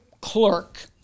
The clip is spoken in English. clerk